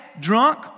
drunk